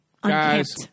Guys